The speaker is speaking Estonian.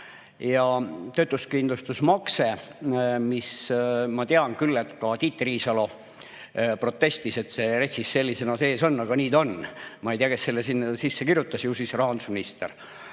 Töötuskindlustusmakse kohta ma tean küll, et ka Tiit Riisalo protestis, et see RES-is sellisena sees on, aga nii ta on. Ma ei tea, kes selle sinna sisse kirjutas, ju siis rahandusminister.